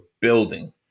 building